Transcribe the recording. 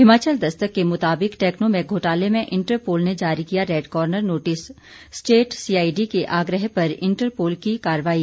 हिमाचल दस्तक के मुताबिक टेक्नोमैक घोटाले में इंटरपोल ने जारी किया red corner notice state CID के आग्रह पर इंटरपोल की कार्रवाई